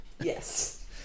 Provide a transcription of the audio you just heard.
yes